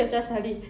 wait